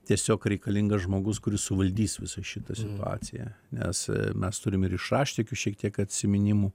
tiesiog reikalingas žmogus kuris suvaldys visą šitą situaciją nes mes turim ir iš raštikių šiek tiek atsiminimų